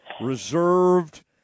reserved